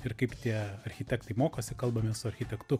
ir kaip tie architektai mokosi kalbame su architektu